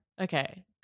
Okay